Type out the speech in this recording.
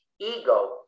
ego